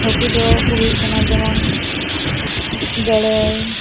ᱦᱟᱹᱠᱩ ᱫᱚᱠᱚ ᱦᱩᱭᱩᱜ ᱠᱟᱱᱟ ᱡᱮᱢᱚᱱ ᱜᱟᱹᱲᱟᱹᱭ